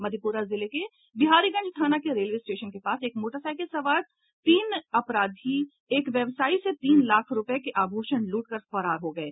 मधेपुरा जिले के बिहारीगंज थाना के रेलवे स्टेशन के पास एक मोटरसाइकिल सवार तीन अपराधी एक व्यवसायी से तीन लाख रूपये के आभूषण लूट कर फरार हो गये